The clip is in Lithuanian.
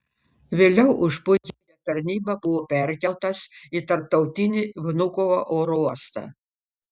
vėliau už puikią tarnybą buvo perkeltas į tarptautinį vnukovo oro uostą